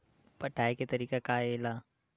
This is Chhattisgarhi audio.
पटाय के तरीका का हे एला?